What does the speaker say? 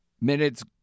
minutes